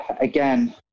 again